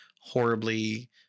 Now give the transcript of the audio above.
horribly